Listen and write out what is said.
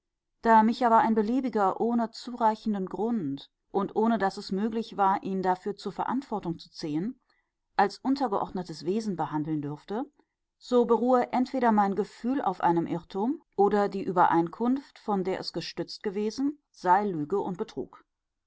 da mich aber ein beliebiger ohne zureichenden grund und ohne daß es möglich war ihn dafür zur verantwortung zu ziehen als untergeordnetes wesen behandeln dürfte so beruhe entweder mein gefühl auf einem irrtum oder die übereinkunft von der es gestützt gewesen sei lüge und betrug